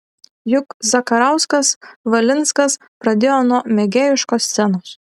juk zakarauskas valinskas pradėjo nuo mėgėjiškos scenos